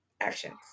actions